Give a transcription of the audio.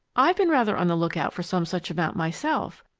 i've been rather on the lookout for some such amount myself,